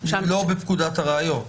לא בפקודת הראיות.